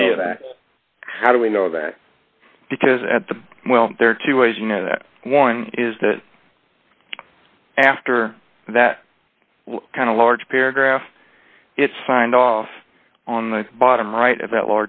we how do we know that because at the well there are two ways you know that one is that after that kind of large paragraph it's signed off on the bottom right of that